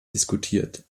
diskutiert